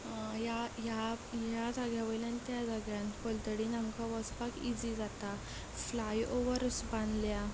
ह्या ह्या जाग्या वयल्यान त्या जाग्यान पलतडीन आमकां वसपाक इजी जाता फ्लायओवर बांदल्यात